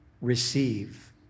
receive